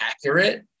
accurate